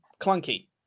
clunky